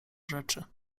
rzeczy